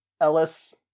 Ellis